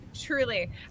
truly